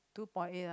two point eight ah